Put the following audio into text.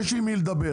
יש עם מי לדבר.